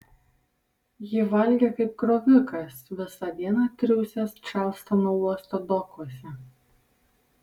ji valgė kaip krovikas visą dieną triūsęs čarlstono uosto dokuose